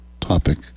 topic